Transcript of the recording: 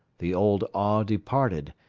the old awe departed,